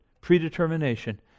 predetermination